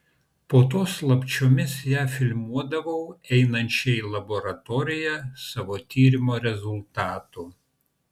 po to slapčiomis ją filmuodavau einančią į laboratoriją savo tyrimo rezultatų